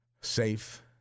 safe